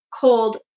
cold